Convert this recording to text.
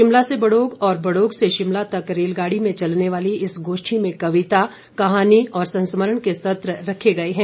शिमला से बड़ोग और बड़ोग से शिमला तक रेलगाड़ी में चलने वाली इस गोष्ठी में कविता गजल कहानी और संस्मरण के सत्र रखे गए हैं